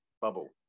bubble